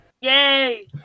Yay